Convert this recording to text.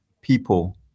people